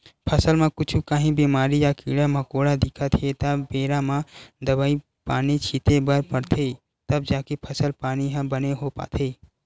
फसल म कुछु काही बेमारी या कीरा मकोरा दिखत हे त बेरा म दवई पानी छिते बर परथे तब जाके फसल पानी ह बने हो पाथे